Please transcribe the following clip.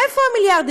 איפה המיליארדים?